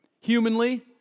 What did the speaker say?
humanly